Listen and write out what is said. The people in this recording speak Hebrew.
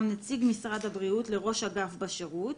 נציג משרד הבריאות לראש אגף בשירות.